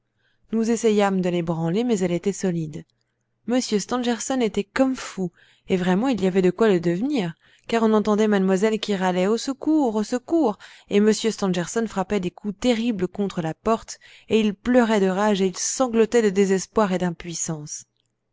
nous essayâmes de l'ébranler mais elle était solide m stangerson était comme fou et vraiment il y avait de quoi le devenir car on entendait mademoiselle qui râlait au secours au secours et m stangerson frappait des coups terribles contre la porte et il pleurait de rage et il sanglotait de désespoir et d'impuissance